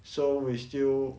so we still